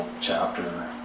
chapter